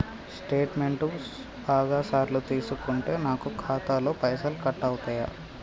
Statement బాగా సార్లు తీసుకుంటే నాకు ఖాతాలో పైసలు కట్ అవుతయా?